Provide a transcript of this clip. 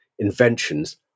Inventions